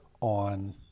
on